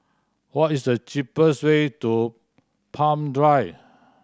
what is the cheapest way to Palm Drive